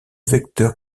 vecteurs